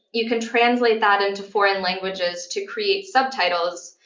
you can translate that into foreign languages to create subtitles,